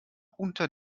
unter